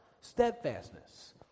steadfastness